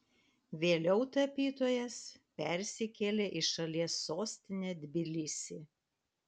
vėliau tapytojas persikėlė į šalies sostinę tbilisį